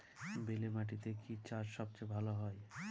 বেলে মাটিতে কি চাষ সবচেয়ে ভালো হয়?